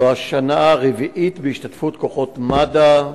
זו השנה הרביעית, בהשתתפות כוחות מד"א,